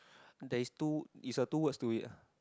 there is two it's a two words to it ah